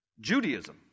Judaism